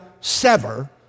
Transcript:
sever